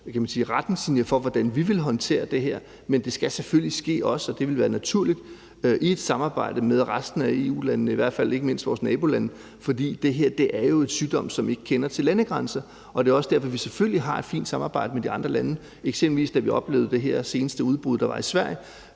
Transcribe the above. retningslinjer for, hvordan vi vil håndtere det her, men det skal selvfølgelig også ske, og det vil være naturligt, i et samarbejde med resten af EU-landene, i hvert fald ikke mindst vores nabolande, for der er jo her tale om sygdom, der ikke kender til landegrænser. Det er også derfor, at vi selvfølgelig har et fint samarbejde med de andre lande. Eksempelvis havde jeg, da vi oplevede det her seneste udbrud af afrikansk